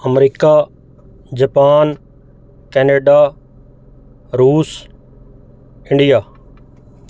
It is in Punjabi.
ਅਮਰੀਕਾ ਜਪਾਨ ਕੈਨੇਡਾ ਰੂਸ ਇੰਡੀਆ